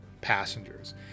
passengers